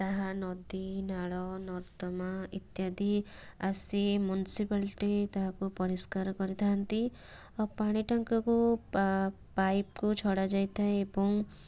ତାହା ନଦୀନାଳ ନର୍ଦ୍ଦମା ଇତ୍ୟାଦି ଆସି ମୁନସିପାଲିଟି ତାହାକୁ ପରିଷ୍କାର କରିଥାନ୍ତି ଆଉ ପାଣିଟାଙ୍କିକୁ ପାଇପକୁ ଛଡ଼ାଯାଇଥାଏ ଏବଂ